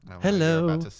Hello